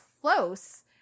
close